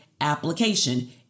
application